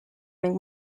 ning